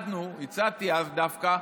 הצעתי אז דווקא,